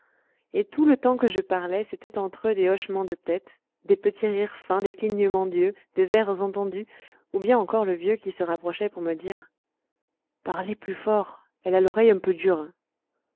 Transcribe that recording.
et tout le temps que je parlais c'étaient entre eux des hochements de tête de petits rires fins des clignements d'yeux des airs entendus ou bien encore le vieux qui se rapprochait pour me dire parlez plus fort elle a l'oreille un peu dure